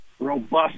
robust